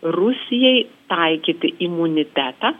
rusijai taikyti imunitetą